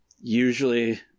usually